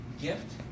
gift